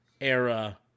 era